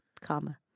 comma